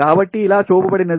కాబట్టి ఇలా చూపబడింది